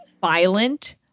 violent